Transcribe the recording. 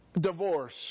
divorce